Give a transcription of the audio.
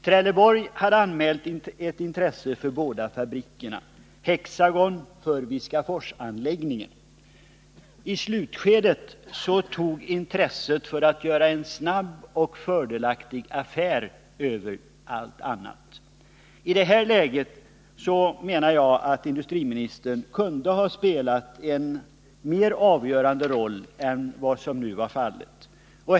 Trelleborg hade anmält intresse för båda fabrikerna och Hexagon för Viskaforsanläggningen, men i slutskedet tog intresset för att göra en snabb och fördelaktig affär helt över allting annat. Det är i det läget som jag anser att industriministern kunde ha spelat en mer avgörande roll än vad som nu var fallet.